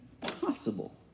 possible